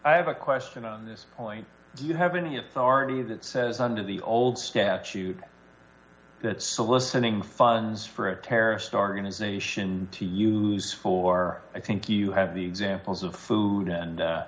i have a question on this point do you have any authority that says under the old statute that so listening funds for a terrorist organization to use for i think you have the examples of food and